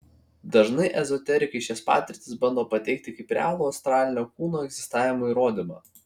dažnai ezoterikai šias patirtis bando pateikti kaip realų astralinio kūno egzistavimo įrodymą